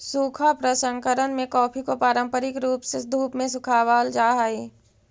सूखा प्रसंकरण में कॉफी को पारंपरिक रूप से धूप में सुखावाल जा हई